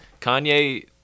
Kanye